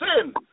sin